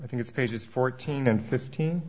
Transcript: i think it's pages fourteen and fifteen